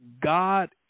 God